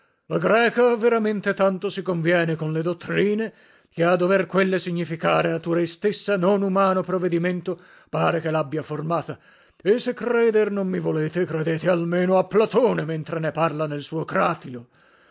la greca veramente tanto si conviene con le dottrine che a dover quelle significare natura istessa non umano provedimento pare che labbia formata e se creder non mi volete credete almeno a platone mentre ne parla nel suo